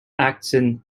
acton